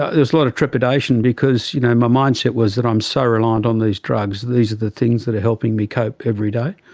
ah was a lot of trepidation because you know my mindset was that i am so reliant on these drugs, these are the things that helping me cope every day.